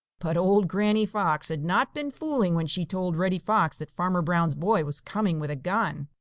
but old granny fox had not been fooling when she told reddy fox that farmer brown's boy was coming with a gun.